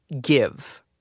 give